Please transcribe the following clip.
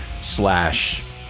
slash